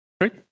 Great